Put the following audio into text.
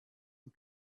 and